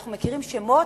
אנחנו מכירים שמות,